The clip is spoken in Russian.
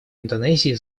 индонезии